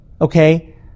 okay